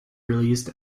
released